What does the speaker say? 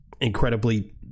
incredibly